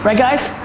guys?